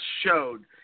showed